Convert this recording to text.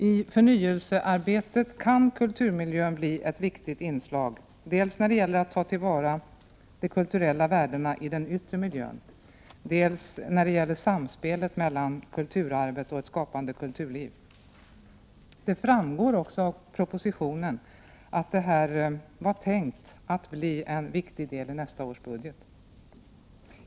I förnyelsearbetet kan kulturmiljön bli ett viktigt inslag, dels när det gäller att ta till vara de kulturella värdena i den yttre miljön, dels när det gäller samspelet mellan kulturarvet och ett skapande kulturliv. Det framgår också 107 av propositionen att detta var tänkt att bli en viktig del i nästa års budget.